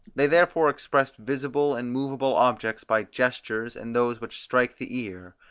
they therefore expressed visible and movable objects by gestures and those which strike the ear,